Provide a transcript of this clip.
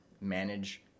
manage